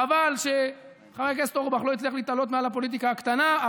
חבל שחבר הכנסת אורבך לא הצליח להתעלות מעל הפוליטיקה הקטנה,